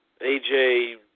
AJ